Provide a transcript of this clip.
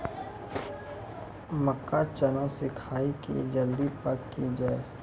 मक्का चना सिखाइए कि जल्दी पक की जय?